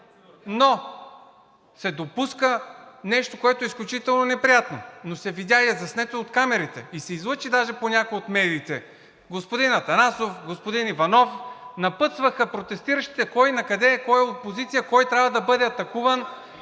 но се допуска нещо, което е изключително неприятно, видя се и е заснето от камерите, и се излъчи даже по някои от медиите – господин Атанасов, господин Иванов напътстваха протестиращите кой накъде е, кой е опозиция, кой трябва да бъде атакуван…